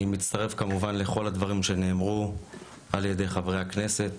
אני מצטרף כמובן לכל הדברים שנאמרו על ידי חברי הכנסת